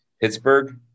Pittsburgh